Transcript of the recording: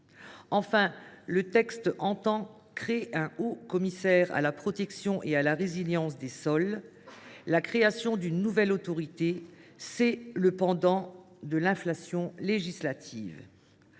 Enfin, le texte vise à créer un haut commissaire à la protection et à la résilience des sols ; or, la création d’une nouvelle autorité, c’est le pendant de l’inflation législative.